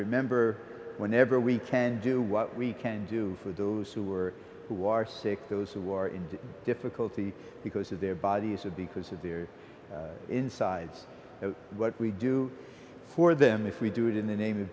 remember whenever we can do what we can do for those who are who are sick those who are in difficulty because of their bodies or because of their insides what we do for them if we do it in the name of